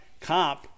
comp